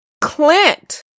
Clint